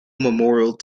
memorial